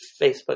Facebook